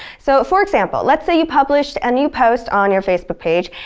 so, for example, let's say you publish a new post on your facebook page.